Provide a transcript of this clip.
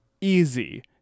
Easy